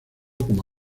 como